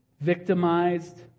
victimized